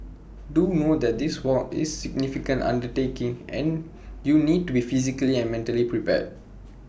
do note that this walk is significant undertaking and you need to be physically and mentally prepared